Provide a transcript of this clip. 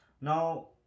Now